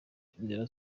inzira